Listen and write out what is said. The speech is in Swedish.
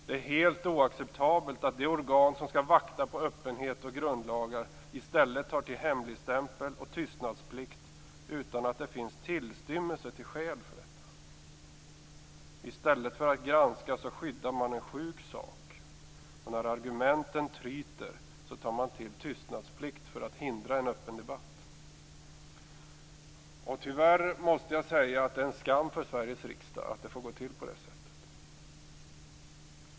Det är helt oaccceptabelt att det organ som skall vakta på öppenhet och grundlagar i stället tar till hemligstämpel och tystnadsplikt utan att det finns tillstymmelse till skäl för detta. I stället för att granska skyddar man en sjuk sak. När argumenten tryter tar man till tystnadsplikt för att hindra en öppen debatt. Tyvärr måste jag säga att det är en skam för Sveriges riksdag att det får gå till på det sättet.